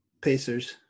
Pacers